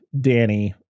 Danny